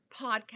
podcast